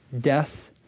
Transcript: death